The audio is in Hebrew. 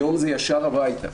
היום זה ישר הביתה.